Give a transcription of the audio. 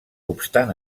obstant